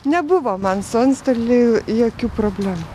nebuvo man su antstoliu jokių problemų